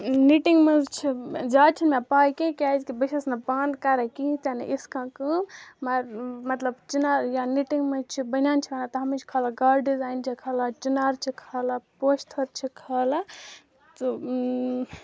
knitting منٛز چھِ زیادٕ چھِنہٕ مےٚ پَے کیٚنٛہہ کیٛازکہِ بہٕ چھَس نہٕ پانہٕ کَران کِہیٖنۍ تہِ نہٕ یِژھ کانٛہہ کٲم مطلب چِنار یا نِٹِنٛگ منٛز چھِ بٔنیٛان چھِ وَنان تَتھ منٛز چھِ کھالان گاڈ ڈِزایِن چھِ کھالان چِنار چھِ کھالان پوشہٕ تھٔر چھِ کھالان تہٕ